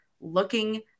looking